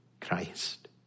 Christ